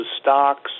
stocks